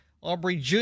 Aubrey